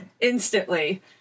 instantly